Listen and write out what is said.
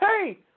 Hey